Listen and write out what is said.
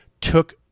took